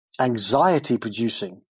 anxiety-producing